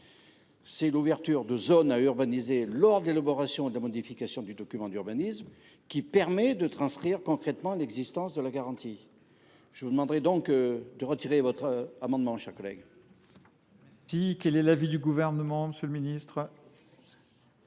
c’est la définition de zones à urbaniser au cours de l’élaboration ou la modification du document d’urbanisme qui permet de transcrire concrètement l’existence de la garantie. Je vous demande donc de retirer votre amendement. Quel